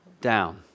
down